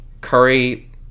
curry